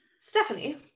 Stephanie